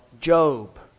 Job